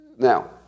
Now